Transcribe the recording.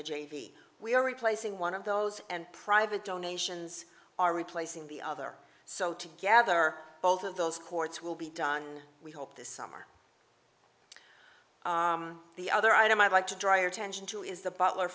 the j v we are replacing one of those and private donations are replacing the other so together both of those courts will be done we hope this summer the other item i'd like to draw attention to is the butler